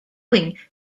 doing